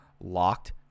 locked